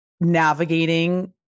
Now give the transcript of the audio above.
navigating